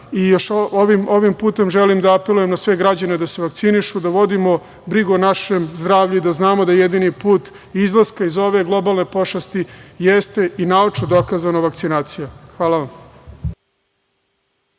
putem želim da apelujem na sve građane da se vakcinišu, da vodimo brigu o našem zdravlju i da znamo da jedini put izlaska iz ove globalne pošasti jeste i naučno dokazana vakcinacija. Hvala vam.